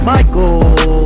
Michael